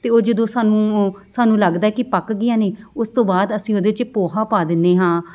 ਅਤੇ ਉਹ ਜਦੋਂ ਸਾਨੂੰ ਸਾਨੂੰ ਲੱਗਦਾ ਕਿ ਪੱਕ ਗਈਆਂ ਨੇ ਉਸ ਤੋਂ ਬਾਅਦ ਅਸੀਂ ਉਹਦੇ 'ਚ ਪੋਹਾ ਪਾ ਦਿੰਦੇ ਹਾਂ